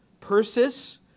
Persis